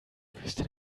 wüste